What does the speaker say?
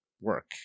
work